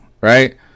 right